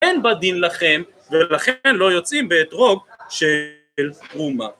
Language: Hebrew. אין בדין לכם ולכן לא יוצאים באתרוג של תרומה